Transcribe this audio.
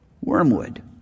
wormwood